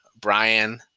Brian